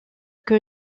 que